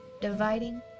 dividing